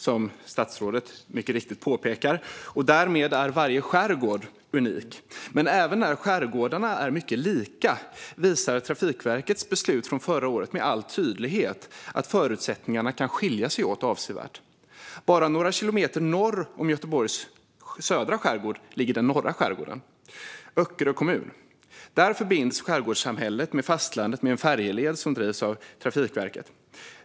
Som statsrådet mycket riktigt påpekar är varje ö unik, och därmed är varje skärgård unik. Men även när skärgårdarna är mycket lika visar Trafikverkets beslut från förra året med all tydlighet att förutsättningarna avsevärt kan skilja sig åt. Bara några kilometer norr om Göteborgs södra skärgård ligger den norra skärgården. I Öckerö kommun förbinds skärgårdssamhället med fastlandet via en färjeled som drivs av Trafikverket.